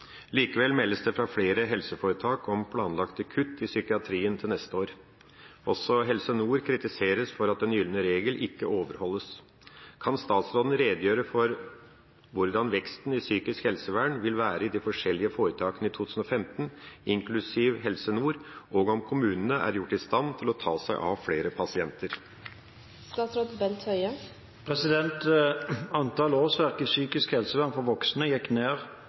Likevel meldes det fra flere helseforetak om planlagte kutt i psykiatrien til neste år. Også Helse Nord kritiseres for at ‘den gylne regel’ ikke overholdes. Kan statsråden redegjøre for hvordan veksten i psykisk helsevern vil være i de forskjellige foretakene i 2015, inkludert Helse Nord, og om kommunene er gjort i stand til å ta seg av flere pasienter?» Antall årsverk i psykisk helsevern for voksne gikk ned